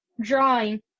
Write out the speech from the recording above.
drawing